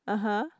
(uh huh)